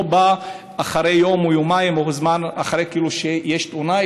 הוא לא בא אחרי יום או יומיים או בזמן אחרי שיש תאונה,